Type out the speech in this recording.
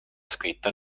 scritta